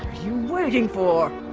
you waiting for